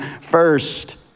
first